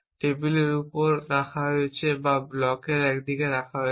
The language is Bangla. টেবিলের উপর রাখা হয়েছে বা ব্লকের একটিতে রাখা হয়েছে